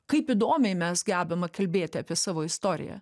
kaip įdomiai mes gebame kalbėti apie savo istoriją